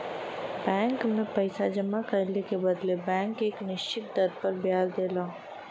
bank में पइसा जमा कइले के बदले बैंक एक निश्चित दर पर ब्याज देला